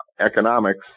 economics